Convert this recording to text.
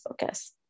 focus